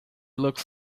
looks